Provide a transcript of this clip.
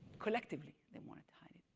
collectively they wanted to hide it.